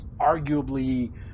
arguably